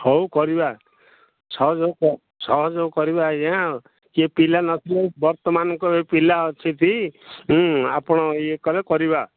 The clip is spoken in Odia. ହଉ କରିବା ସହଯୋଗ ସହଯୋଗ କରିବା ଆଜ୍ଞା ଆଉ କିଏ ପିଲା ନ ବର୍ତ୍ତମାନଙ୍କ ଏ ପିଲା ଅଛି କି ଆପଣ ଇଏ କରିବା